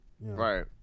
right